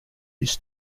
his